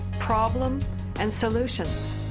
problem and solution.